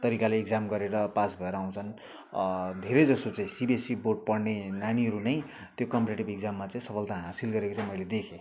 तरिकाले इक्जाम गरेर पास भएर आउँछन् धेरै जसो चाहिँ सिबिएससी बोर्ड पढ्ने नानीहरू नै त्यो कम्पिटेटिभ इक्जाममा चै सफलता हासिल गरेको चाहिँ मैले देखेँ हो